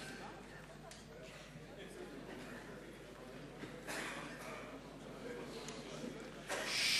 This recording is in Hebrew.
בן ישראל, זיכרונו לברכה, ואסתר,